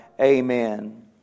Amen